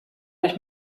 ich